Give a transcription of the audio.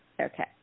Okay